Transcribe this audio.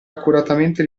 accuratamente